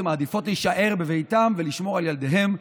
הן מעדיפות להישאר בביתן ולשמור על ילדיהן,